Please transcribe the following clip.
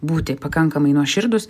būti pakankamai nuoširdūs